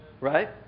right